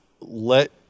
let